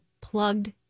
plugged